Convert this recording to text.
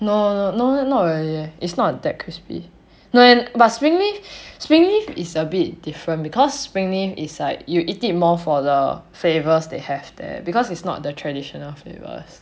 no no no no not really leh it's not that crispy no and springleaf is a bit different because springleaf is like you eat it more for the flavour they have there because it's not the traditional flavours